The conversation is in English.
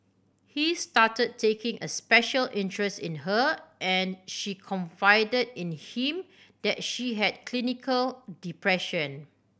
he started taking a special interest in her and she confided in him that she had clinical depression